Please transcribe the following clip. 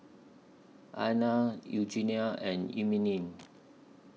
Alayna Eugenia and Emeline